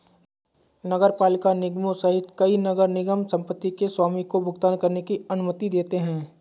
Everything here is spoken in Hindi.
नगरपालिका निगमों सहित कई नगर निगम संपत्ति के स्वामी को भुगतान करने की अनुमति देते हैं